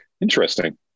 Interesting